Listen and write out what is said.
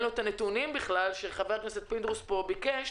אפילו את הנתונים שחבר הכנסת פינדרוס ביקש.